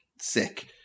sick